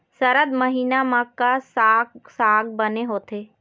सरद महीना म का साक साग बने होथे?